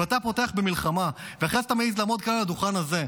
אם אתה פותח במלחמה ואחרי כן אתה מעז לעמוד כאן על הדוכן הזה,